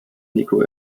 niko